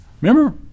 Remember